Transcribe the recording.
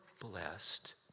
blessed